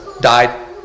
died